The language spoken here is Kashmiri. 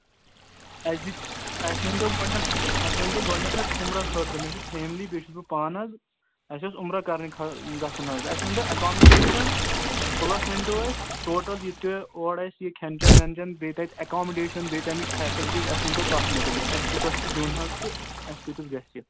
اَسہِ دِت اَسہِ ؤنۍ تو گۄڈنٮ۪تھ حظ اَسہِ ؤنۍ تو گۄڈٕنیٚتھ حظ عُمرا خٲطرٕ مےٚ چھِ فیملی بیٚیہِ چھُس بہٕ پان حظ اَسہِ اوس عُمر کَرنہِ گژھُن حظ اَسہِ ؤنۍ تو ایٚکامُڈیشَن پٕلس ؤنۍ تو اَسہِ ٹوٹَل یہِ تہِ اور آسہِ یہِ کھٮ۪ن چٮ۪ن وٮ۪ن چٮ۪ن بیٚیہِ تَتہِ اٮ۪کامُڈیشَن بیٚیہِ تَمِچ فیسَلٹیٖز اَسہِ ؤنۍ تو تَتھ مُتعلِق اَسہِ کوٗتاہ چھُ دیُن حظ تہٕ اَسہِ کۭتِس گژھِ یہِ